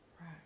Right